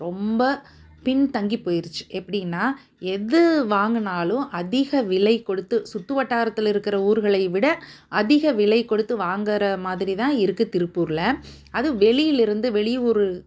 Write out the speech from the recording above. ரொம்ப பின்தங்கி போயிடுச்சி எப்படின்னா எது வாங்கினாலும் அதிக விலை கொடுத்து சுற்று வட்டாரத்தில் இருக்கிற ஊர்களை விட அதிக விலை கொடுத்து வாங்குற மாதிரி தான் இருக்குது திருப்பூரில் அது வெளியில் இருந்து வெளியூர்